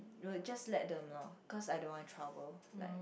will just let them loh cause I don't want trouble like